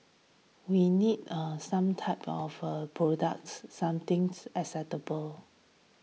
we need eh some types of products some things acceptable